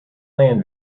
land